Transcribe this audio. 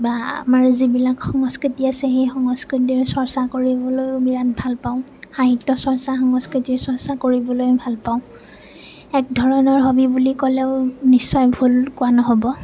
বা আমাৰ যিবিলাক সংস্কৃতি আছে সেই সংস্কৃতিৰ চৰ্চা কৰিবলৈও বিৰাট ভাল পাওঁ সাহিত্য় চৰ্চা সংস্কৃতিৰ চৰ্চা কৰিবলৈও ভাল পাওঁ এক ধৰণৰ হ'বি বুলি ক'লেও নিশ্চয় ভুল কোৱা নহ'ব